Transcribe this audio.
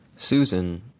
Susan